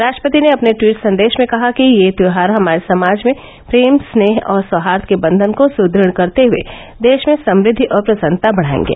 राष्ट्रपति ने अपने ट्वीट संदेश में कहा कि ये त्योहार हमारे समाज में प्रेम स्नेह और सौहार्द के बंधन को सुदृढ करते हए देश में समुद्धि और प्रसन्नता बढ़ाएंगे